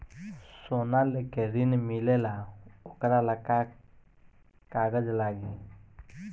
सोना लेके ऋण मिलेला वोकरा ला का कागज लागी?